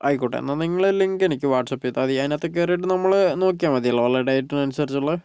ആയിക്കോട്ടെ എന്നാൽ ലിങ്ക് നിങ്ങൾ എനിക്ക് വാട്സപ്പ് ചെയ്താൽ മതി അതിനകത്ത് കേറീട്ട് നമ്മള് നോക്കിയാൽ മതിയല്ലോ അല്ലേ ഡേറ്റിന് അനുസരിച്ചുള്ള